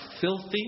filthy